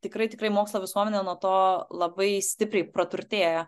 tikrai tikrai mokslo visuomenė nuo to labai stipriai praturtėja